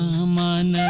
human